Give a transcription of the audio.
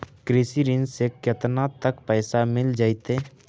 कृषि ऋण से केतना तक पैसा मिल जइतै?